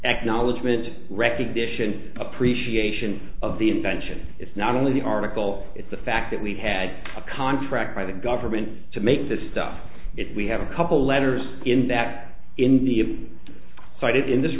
acknowledgement of recognition appreciation of the invention is not only the article it's the fact that we had a contract by the government to make this stuff if we have a couple letters in that in the he cited in this